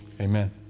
Amen